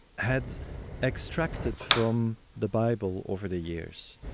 had extracted from the bible over the years,